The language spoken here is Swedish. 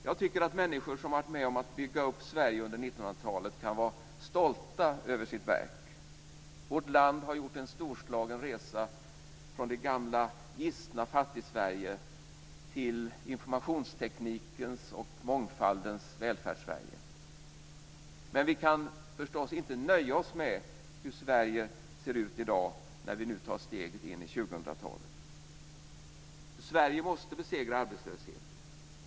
Jag tycker att människor som har varit med om att bygga upp Sverige under 1900-talet kan vara stolta över sitt verk. Vårt land har gjort en storslagen resa från det gamla gistna Fattigsverige till informationsteknikens och mångfaldens Välfärdssverige. Men vi kan naturligtvis inte nöja oss med hur Sverige ser ut i dag när vi nu tar steget in i 2000-talet. Sverige måste besegra arbetslösheten.